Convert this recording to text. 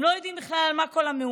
הם לא יודעים בכלל על מה כל המהומה,